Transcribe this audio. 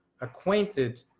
acquainted